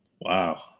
Wow